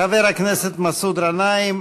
חבר הכנסת מסעוד גנאים.